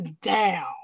down